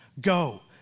Go